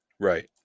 right